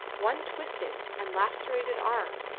one twisted and lacerated arm,